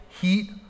heat